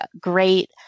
great